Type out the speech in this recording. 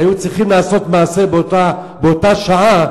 היו צריכים לעשות מעשה באותה שעה,